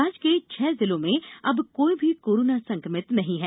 राज्य के छह जिलों में अब कोई भी कोरोना संक्रमित नहीं हैं